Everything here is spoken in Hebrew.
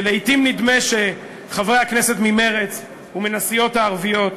ולעתים נדמה שחברי הכנסת ממרצ ומן הסיעות הערביות,